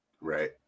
Right